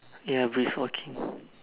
ya before King